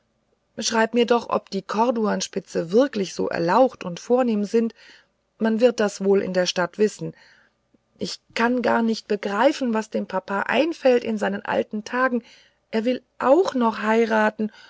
schreib mir doch ob die corduanspitze wirklich so erlaucht und vornehm sind man wird das wohl in der stadt wissen ich kann gar nicht begreifen was dem papa einfällt in seinen alten tagen er will auch noch heiraten